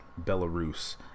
Belarus